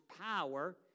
power